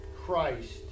Christ